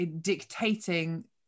dictating